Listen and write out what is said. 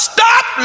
Stop